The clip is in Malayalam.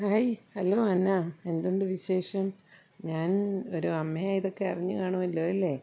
ഹായി ഹലോ അന്ന എന്തുണ്ട് വിശേഷം ഞാൻ ഒരു അമ്മയായതൊക്കെ അറിഞ്ഞ് കാണുമല്ലോ അല്ലേ